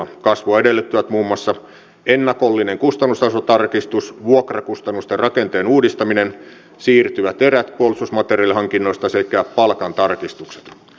kasvua edellyttävät muun muassa ennakollinen kustannustasotarkistus vuokrakustannusten rakenteen uudistaminen siirtyvät erät puolustusmateriaalihankinnoista sekä palkantarkistukset